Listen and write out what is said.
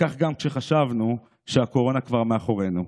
וכך גם כשחשבנו שהקורונה כבר מאחורינו.